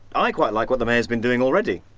i quite like what the mayor s been doing already.